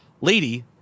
lady